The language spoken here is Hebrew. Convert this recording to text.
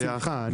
בשמחה.